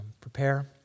prepare